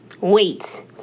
Wait